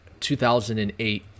2008